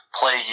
play